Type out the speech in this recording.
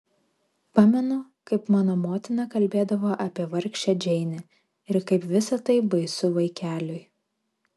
pamenu kaip mano motina kalbėdavo apie vargšę džeinę ir kaip visa tai baisu vaikeliui